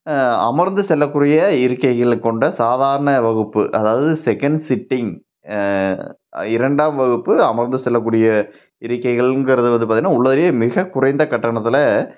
அமர்ந்து செல்லக்கூடிய இருக்கைகளை கொண்ட சாதாரண வகுப்பு அதாவது செகண்ட் சிட்டிங் இரண்டாம் வகுப்பு அமர்ந்து செல்லக்கூடிய இருக்கைகளுங்கிறது வந்து பார்த்திங்கன்னா உள்ளதுலேயே மிக குறைந்த கட்டணத்தில்